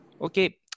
Okay